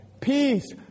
peace